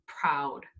proud